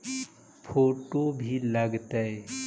Photo भी लग तै?